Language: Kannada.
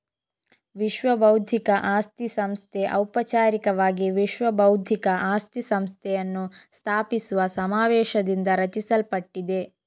ವಿಶ್ವಬೌದ್ಧಿಕ ಆಸ್ತಿ ಸಂಸ್ಥೆ ಔಪಚಾರಿಕವಾಗಿ ವಿಶ್ವ ಬೌದ್ಧಿಕ ಆಸ್ತಿ ಸಂಸ್ಥೆಯನ್ನು ಸ್ಥಾಪಿಸುವ ಸಮಾವೇಶದಿಂದ ರಚಿಸಲ್ಪಟ್ಟಿದೆ